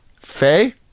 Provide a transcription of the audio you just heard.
Faye